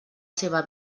seva